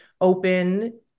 open